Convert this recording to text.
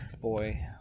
boy